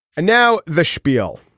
and now the spiel.